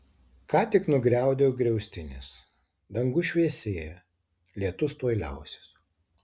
ką tik nugriaudėjo griaustinis dangus šviesėja lietus tuoj liausis